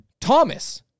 Thomas